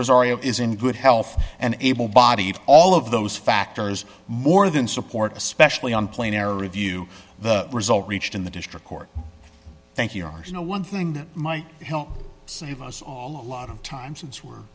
rezai is in good health and able bodied all of those factors more than support especially on plane air or review the result reached in the district court thank you are you know one thing that might help save us all a lot of time since we're